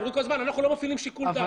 הם אומרים שהם לא מפעילים שיקול דעת,